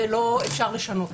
אפשר לשנות,